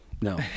No